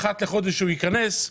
אחת לחודש הוא ייכנס אליו,